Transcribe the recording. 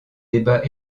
débats